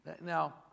Now